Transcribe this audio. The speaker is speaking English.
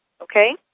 Okay